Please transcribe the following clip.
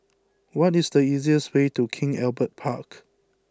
what is the easiest way to King Albert Park